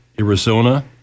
Arizona